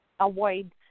Avoid